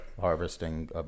harvesting